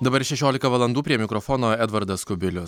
dabar šešiolika valandų prie mikrofono edvardas kubilius